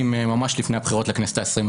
מה שלראש רשות אין,